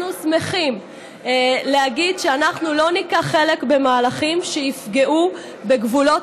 אנחנו שמחים להגיד שאנחנו לא ניקח חלק במהלכים שיפגעו בגבולות